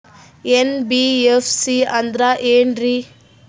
NBFC ಅಂದ್ರ ಏನ್ರೀ?